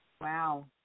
Wow